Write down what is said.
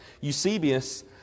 Eusebius